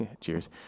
cheers